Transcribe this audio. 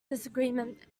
disagreement